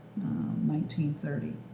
1930